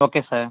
okay sir